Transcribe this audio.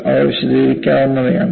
അവ വിശദീകരിക്കാവുന്നവയാണ്